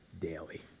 daily